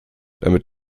damit